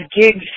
gigs